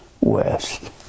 west